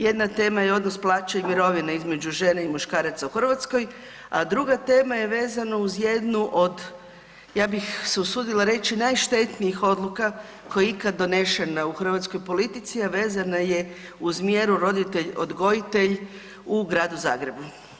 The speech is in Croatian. Jedna tema je odnos plaće i mirovine između žene i muškaraca u Hrvatskoj, a druga tema je vezana uz jednu od ja bih se usudila reći najštetnijih odluka koja je ikad donešena u hrvatskoj politici, a vezana je uz mjeru roditelj odgojitelj u Gradu Zagrebu.